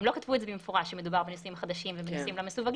הם לא כתבו את זה במפורש שמדובר בניסויים חדשים ובניסויים לא מסווגים,